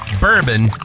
bourbon